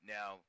Now